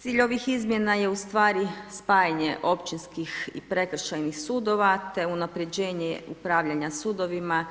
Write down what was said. Cilj ovih izmjena je ustvari spajanje općinskih i prekršajnih sudova te unaprjeđenje upravljanja sudovima